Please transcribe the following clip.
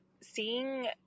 seeing